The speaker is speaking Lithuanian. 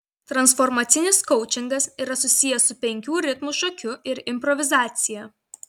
transformacinis koučingas yra susijęs su penkių ritmų šokiu ir improvizacija